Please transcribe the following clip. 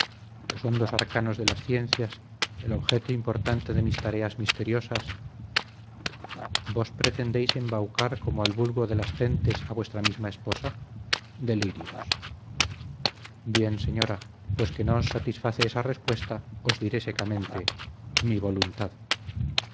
terrenal los hondos arcanos de las ciencias el objeto importante de mis tareas misteriosas vos pretendéis embaucar como al vulgo de las gentes a vuestra misma esposa delirios bien señora pues que no os satisface esa respuesta os diré secamente mi voluntad